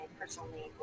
personally